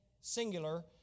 singular